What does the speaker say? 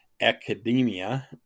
Academia